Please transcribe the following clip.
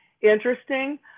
interesting